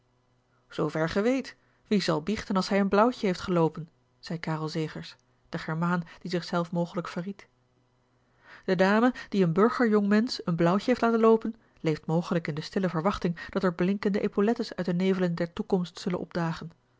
zoover gij weet wie zal biechten als hij een blauwtje heeft geloopen zei karel zegers de germaan die zich zelf mogelijk verried de dame die een burger jongmensch een blauwtje heeft laten loopen leeft mogelijk in de stille verwachting dat er blinkende épaulettes uit de nevelen der toekomst zullen opdagen